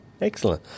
Excellent